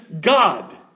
God